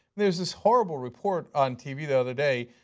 there was this whole report on tv the other day,